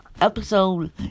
episode